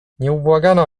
nieubłagana